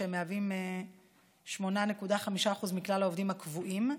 שמהווים 8.5% מכלל העובדים הקבועים,